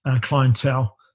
clientele